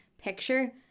picture